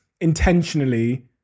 intentionally